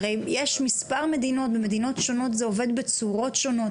הרי במדינות שונות זה עובד בצורות שונות